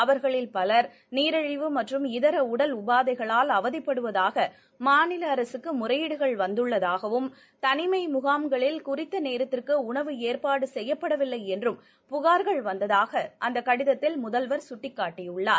அவர்களில் பலர் நீரிழிவு மற்றும் இதர உடல் உபாதைகளால் அவதிப்படுவதாக மாநில அரசுக்கு முறையீடுகள் வந்ததாகவும் தனிமை முகாம்களில் குறித்த நேரத்திலற்கு உணவு ஏற்பாடு செய்யப்படவில்லை என்றும் புகா்கள் வந்ததாக அந்த கடிதத்தில் முதல்வர் சுட்டிக்காட்டியுள்ளார்